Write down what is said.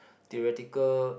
theoretical